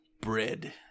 bread